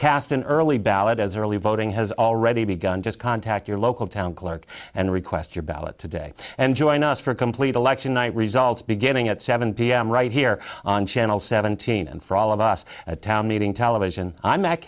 cast an early ballot as early voting has already begun just contact your local town clerk and request your ballot today and join us for complete election night results beginning at seven pm right here on channel seventeen and for all of us a town meeting television i met